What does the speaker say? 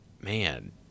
Man